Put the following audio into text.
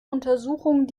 untersuchung